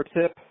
tip